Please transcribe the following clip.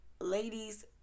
ladies